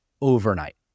overnight